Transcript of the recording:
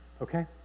okay